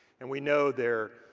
and we know they're